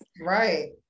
Right